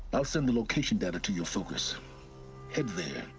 i'll send the location data to your focus head there.